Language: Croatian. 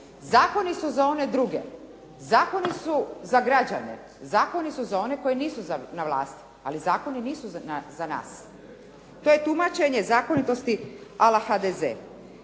Zakoni su za one druge. Zakoni su za građane, zakoni su za one koji nisu na vlasti, ali zakoni nisu za nas. To je tumačenje zakonitosti ala HDZ.